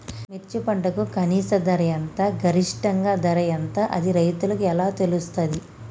మిర్చి పంటకు కనీస ధర ఎంత గరిష్టంగా ధర ఎంత అది రైతులకు ఎలా తెలుస్తది?